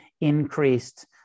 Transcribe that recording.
increased